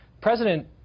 President